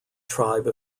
tribe